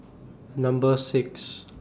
Number six